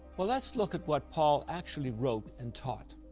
well, let us look at what paul actually wrote and taught.